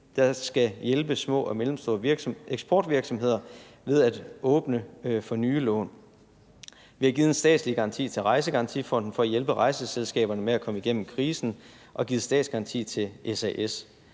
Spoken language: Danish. der skal hjælpe små og mellemstore eksportvirksomheder, ved at åbne for nye lån. Vi har givet en statslig garanti til Rejsegarantifonden for at hjælpe rejseselskaberne med at komme igennem krisen, og vi har givet statsgaranti til SAS.